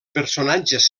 personatges